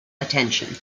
attention